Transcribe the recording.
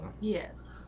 Yes